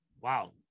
wow